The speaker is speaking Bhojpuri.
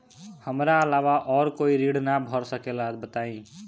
हमरा अलावा और कोई ऋण ना भर सकेला बताई?